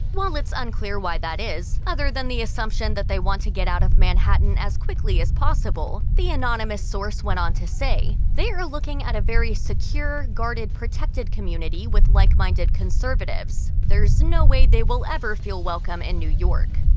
while it's unclear why that is, other than the assumption that they want to get out of manhattan as quickly as possible, the anonymous source went on to say, they are looking at a very secure, guarded, protected community with like-minded conservatives. there's no way they will ever feel welcome in new york.